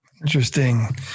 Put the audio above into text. Interesting